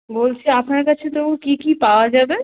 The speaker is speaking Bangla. বলছি আপনার কাছে তবু কী কী পাওয়া যাবে